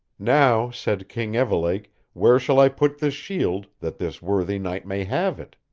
now, said king evelake, where shall i put this shield, that this worthy knight may have it?